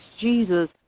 Jesus